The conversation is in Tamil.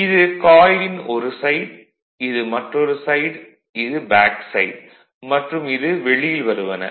இது காயிலின் ஒரு சைட் இது மற்றொரு சைட் இது பேக் சைட் மற்றும் இது வெளியில் வருவன